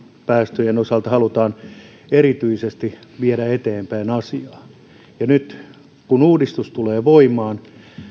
päästöjen osalta halutaan erityisesti viedä asiaa eteenpäin nyt kun uudistus tulee voimaan